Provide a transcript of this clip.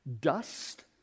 dust